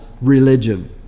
religion